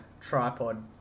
tripod